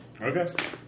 Okay